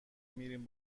میریم